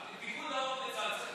דרך אגב, וזאת היא החוכמה.